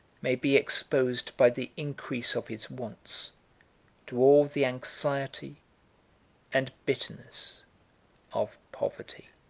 may be exposed by the increase of his wants to all the anxiety and bitterness of poverty.